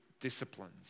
disciplines